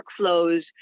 workflows